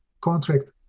contract